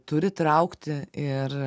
turi traukti ir